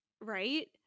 Right